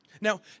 Now